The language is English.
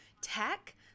tech